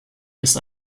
ist